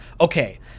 okay